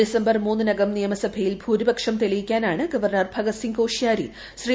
December മൂന്നിനകം നിയമസഭയിൽ ഭൂരിപക്ഷം തെളിയിക്കാനാണ് ഗവർണർ ഭഗത് സിംഗ് കോഷ്യാരി ശ്രീ